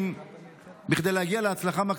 מה זה?